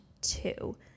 two